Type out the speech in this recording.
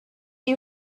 you